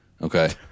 Okay